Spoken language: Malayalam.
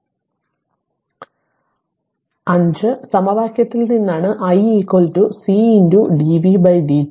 5 സമവാക്യത്തിൽ നിന്നാണ് i C dv dt C ന് 0